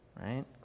right